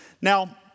Now